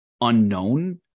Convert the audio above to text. unknown